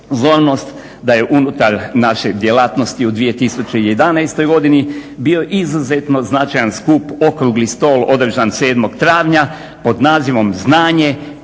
da je unutar naše djelatnosti u 2011. godini bio izuzetno značajan skup okrugli stol održan 7. travnja pod nazivom "Znanje,